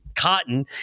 cotton